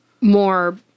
more